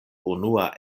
unua